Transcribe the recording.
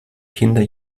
kinder